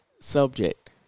subject